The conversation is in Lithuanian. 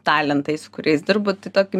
talentais su kuriais dirbu tai tokį